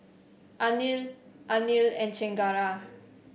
Anil Anil and Chengara